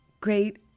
great